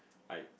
like